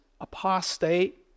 apostate